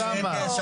אוסאמה.